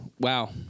Wow